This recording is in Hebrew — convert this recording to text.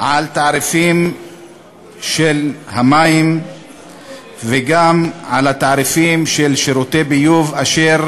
על התעריפים של המים וגם על התעריפים של שירותי ביוב אשר